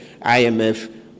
IMF